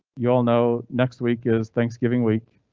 you'll know next week is thanksgiving week.